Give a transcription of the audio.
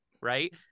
right